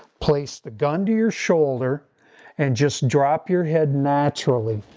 place the gun to your shoulder and just drop your head naturally,